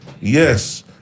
yes